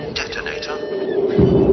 detonator